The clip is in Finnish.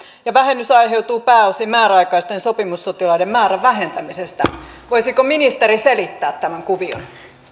ja vähennys aiheutuu pääosin määräaikaisten sopimussotilaiden määrän vähentämisestä voisiko ministeri selittää tämän kuvion